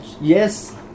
yes